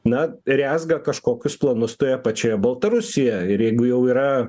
na rezga kažkokius planus toje pačioje baltarusijoje ir jeigu jau yra